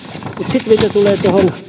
sitten mitä tulee